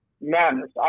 madness